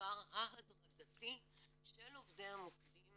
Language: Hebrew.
המעבר ההדרגתי של עובדי המוקדים